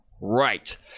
right